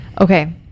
Okay